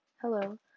Hello